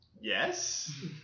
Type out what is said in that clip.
Yes